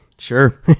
Sure